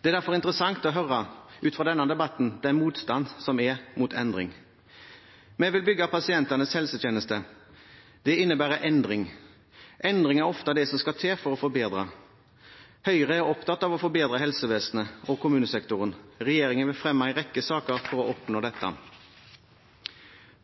Det er derfor interessant å høre i denne debatten den motstand som er mot endring. Vi vil bygge pasientenes helsetjeneste. Det innebærer endring. Endringer er ofte det som skal til for å forbedre. Høyre er opptatt av å forbedre helsevesenet og kommunesektoren. Regjeringen vil fremme en rekke saker for å oppnå dette.